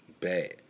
bad